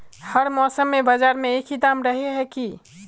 हर मौसम में बाजार में एक ही दाम रहे है की?